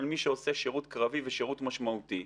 מי שעושה שירות קרבי ושירות משמעותי,